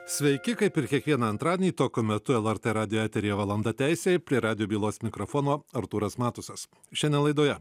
sveiki kaip ir kiekvieną antradienį tokiu metu lrt radijo eteryje valanda teisei prie radijo bylos mikrofono artūras matusas šiandien laidoje